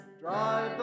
drive